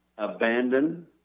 Abandon